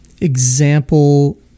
example